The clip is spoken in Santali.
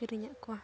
ᱠᱤᱨᱤᱧᱮᱫ ᱠᱚᱣᱟ